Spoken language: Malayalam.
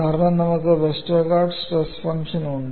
കാരണം നമുക്ക് വെസ്റ്റർഗാർഡിന്റെ സ്ട്രെസ് ഫംഗ്ഷൻ ഉണ്ട്